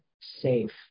safe